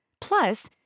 Plus